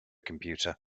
computer